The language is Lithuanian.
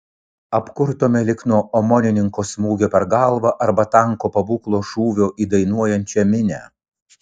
apkurtome lyg nuo omonininko smūgio per galvą arba tanko pabūklo šūvio į dainuojančią minią